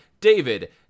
David